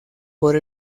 por